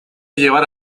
llevar